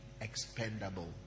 expendable